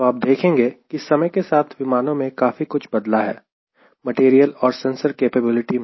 तो आप देखेंगे कि समय के साथ विमानों में काफी कुछ बदला है मटेरियल और सेंसर कैपेबिलिटी में